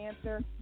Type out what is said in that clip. answer